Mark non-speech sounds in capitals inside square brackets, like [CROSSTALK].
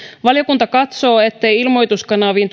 valiokunta katsoo ettei ilmoituskanaviin [UNINTELLIGIBLE]